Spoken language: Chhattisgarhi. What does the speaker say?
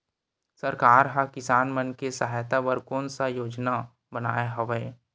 सरकार हा किसान मन के सहायता बर कोन सा योजना बनाए हवाये?